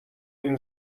این